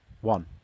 one